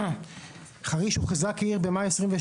במאי 2022 חריש הוכרזה כעיר.